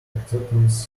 acceptance